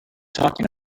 talking